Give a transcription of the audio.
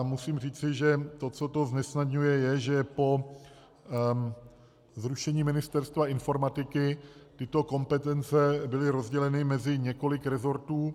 Musím říci, že to, co to znesnadňuje, je to, že po zrušení Ministerstva informatiky tyto kompetence byly rozděleny mezi několik resortů.